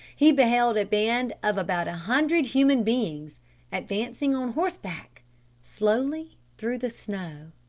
he beheld a band of about a hundred human beings advancing on horseback slowly through the snow!